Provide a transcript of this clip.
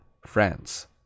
France